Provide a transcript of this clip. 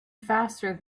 faster